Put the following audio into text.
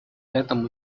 этом